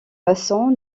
maçons